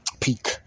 Peak